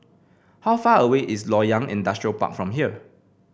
how far away is Loyang Industrial Park from here